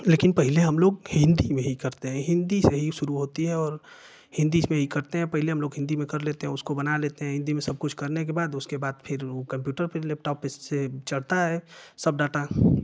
लेकिन पहले हम लोग हिन्दी में ही करते हैं हिन्दी से ही शुरू होती है और हिन्दी पर ही करते हैं पहले ले हम लोग हिन्दी में कर लेते हैं उसको बना लेते हैं हिन्दी में सब कुछ करने के बाद उसके बाद फिर उ कंप्युटर पर लेपटॉप पर से चढ़ता है सब डाटा